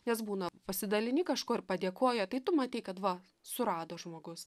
nes būna pasidalini kažkuo ir padėkoja tai tu matei kad va surado žmogus